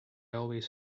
always